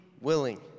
willing